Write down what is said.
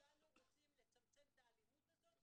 כולנו רוצים לצמצם את האלימות הזאת,